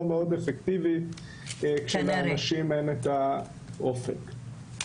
מאוד אפקטיבית כשלאנשים אין את האופק.